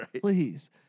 please